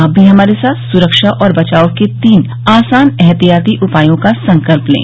आप भी हमारे साथ सुरक्षा और बचाव के तीन आसान एहतियाती उपायों का संकल्पए लें